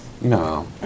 No